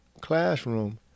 classroom